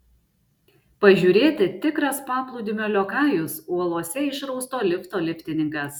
pažiūrėti tikras paplūdimio liokajus uolose išrausto lifto liftininkas